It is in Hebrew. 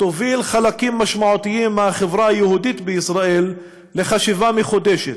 תוביל חלקים משמעותיים מהחברה היהודית בישראל לחשיבה מחודשת,